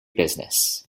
business